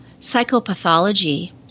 psychopathology